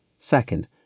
Second